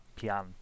Pian